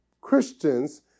Christians